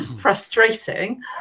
frustrating